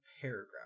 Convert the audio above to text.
paragraph